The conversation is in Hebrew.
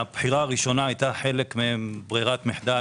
שהבחירה הראשונה הייתה חלק מברירת מחדל,